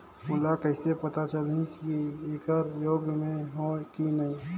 मोला कइसे पता चलही की येकर योग्य मैं हों की नहीं?